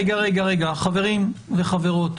חברים וחברות,